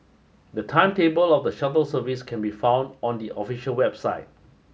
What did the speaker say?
the timetable of the shuttle service can be found on the official website